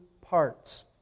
parts